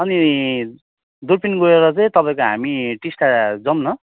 अनि दुर्पिन गएर चाहिँ तपाईँको हामी टिस्टा जाउँ न